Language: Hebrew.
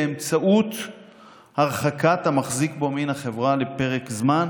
באמצעות הרחקת המחזיק בו מן החברה לפרק זמן,